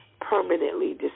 permanently